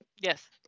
Yes